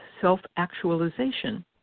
self-actualization